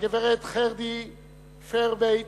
הגברת חרדי פרביט